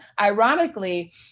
ironically